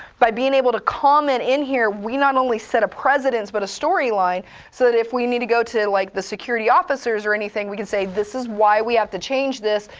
by being able to comment in here, we not only set a precedence but a storyline so that if we need to go to like the security officers or anything, we can say this is why we have to change this,